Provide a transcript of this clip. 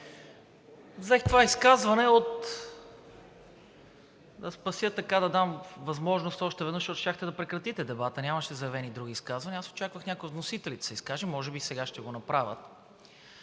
Взех това изказване да спася, да дам възможност още веднъж, защото щяхте да прекратите дебата. Нямаше заявени други изказвания. Аз очаквах някой от вносителите да се изкаже и може би сега ще го направят.